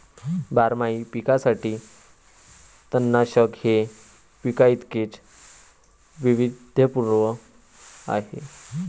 बारमाही पिकांसाठी तणनाशक हे पिकांइतकेच वैविध्यपूर्ण आहे